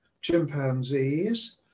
chimpanzees